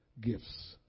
gifts